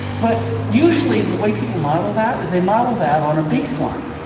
but usually, the way people model that is they model that on a baseline,